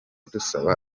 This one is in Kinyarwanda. dusaba